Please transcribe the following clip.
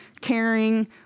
caring